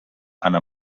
anna